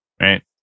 right